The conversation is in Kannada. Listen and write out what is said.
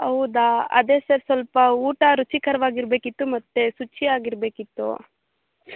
ಹೌದಾ ಅದೇ ಸರ್ ಸ್ವಲ್ಪ ಊಟ ರುಚಿಕರವಾಗಿರ್ಬೇಕಿತ್ತು ಮತ್ತೆ ಶುಚಿಯಾಗಿರ್ಬೇಕಿತ್ತು